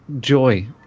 joy